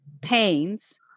pains